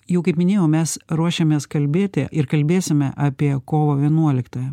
jau kaip minėjau mes ruošiamės kalbėti ir kalbėsime apie kovo vienuoliktąją